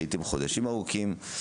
לעתים חודשים ארוכים,